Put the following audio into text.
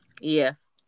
Yes